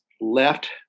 left